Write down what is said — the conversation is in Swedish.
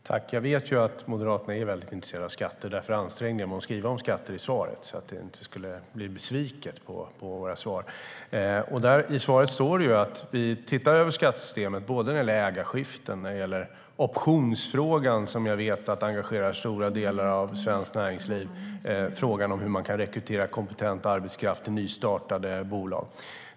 Fru talman! Jag vet att Moderaterna är väldigt intresserade av skatter. Därför ansträngde jag mig att skriva om skatter i svaret, så att ni inte skulle bli besvikna på våra svar. I svaret står att vi tittar över skattesystemet när det gäller ägarskiften, optionsfrågan, som jag vet engagerar stora delar av svenskt näringsliv, och frågan om hur man kan rekrytera kompetent arbetskraft i nystartade bolag.